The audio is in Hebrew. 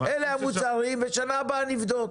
אלה המוצרים ובשנה הבאה נבדוק.